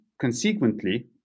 consequently